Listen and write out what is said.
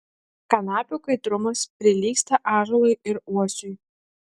kanapių kaitrumas prilygsta ąžuolui ir uosiui